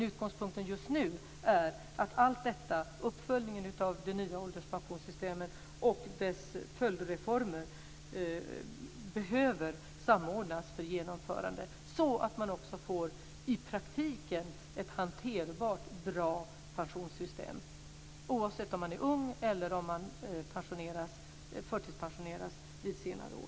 Utgångspunkten just nu är att allt detta - uppföljningen av det nya ålderspensionssystemet och dess följdreformer - behöver samordnas för genomförande så att vi också i praktiken får ett hanterbart och bra pensionssystem, oavsett om man är ung eller förtidspensioneras vid senare år.